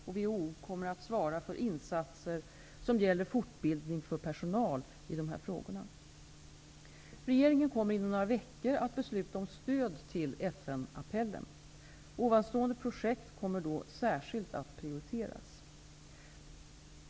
WHO kommer att svara för insatser som gäller fortbildning för personal i dessa frågor. Regeringen kommer inom några veckor att besluta om stöd till FN-apellen. Ovanstående projekt kommer då särskilt att prioriteras.